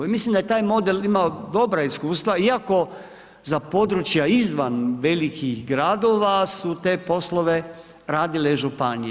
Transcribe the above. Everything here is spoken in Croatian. I mislim da je taj model imao dobra iskustva iako za područja izvan velikih gradova su te poslove radile županije.